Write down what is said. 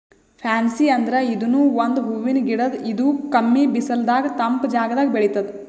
fancy ಅಂದ್ರ ಇದೂನು ಒಂದ್ ಹೂವಿನ್ ಗಿಡ ಇದು ಕಮ್ಮಿ ಬಿಸಲದಾಗ್ ತಂಪ್ ಜಾಗದಾಗ್ ಬೆಳಿತದ್